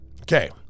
Okay